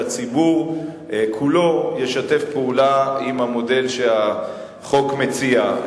שהציבור כולו ישתף פעולה במודל שהחוק מציע.